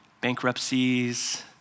bankruptcies